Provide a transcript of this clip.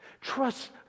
Trust